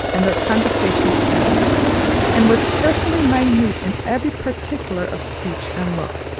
and their conversation together and was carefully minute in every particular of speech and look,